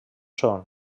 són